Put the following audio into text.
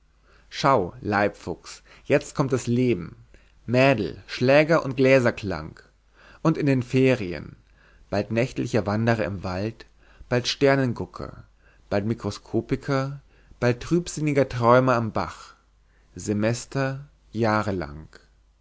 schau leibfuchs jetzt kommt das leben mädel schläger und gläserklang und in den ferien bald nächtlicher wanderer im wald bald sternengucker bald mikroskopiker bald trübsinniger träumer am bach semester jahrelang